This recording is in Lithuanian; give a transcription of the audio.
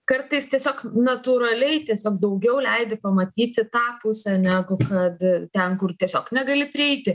kartais tiesiog natūraliai tiesiog daugiau leidi pamatyti ta pusę negu kad ten kur tiesiog negali prieiti